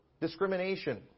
discrimination